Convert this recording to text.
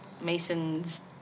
Mason's